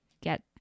get